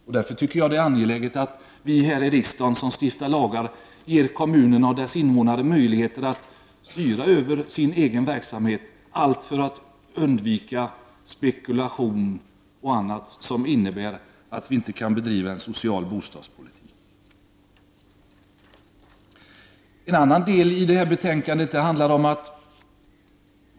Jag tycker därför att det är angeläget att vi här i riksdagen som stiftar lagar ger kommunerna och deras invånare möjligheter att styra sin egen verksamhet, allt för att undvika spekulation och annat som innebär att vi inte kan bedriva en social bostadspolitik.